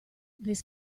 this